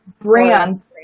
brands